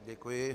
Děkuji.